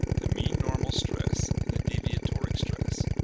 the mean normal stress and the deviatoric stress.